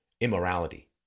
immorality